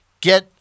get